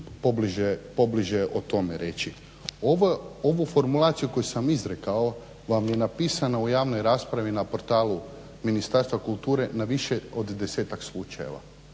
pobliže o tome reći. Ovu formulaciju koju sam izrekao vam je napisana u javnoj raspravi na portalu Ministarstva kulture na više od 10-tak slučajeva